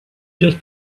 just